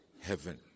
heaven